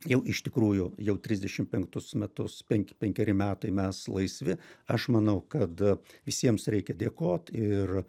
jau iš tikrųjų jau trisdešim penktus metus penk penkeri metai mes laisvi aš manau kad visiems reikia dėkot ir